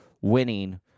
winning